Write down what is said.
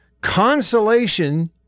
consolation